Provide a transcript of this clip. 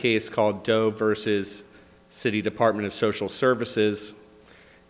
case called joe verses city department of social services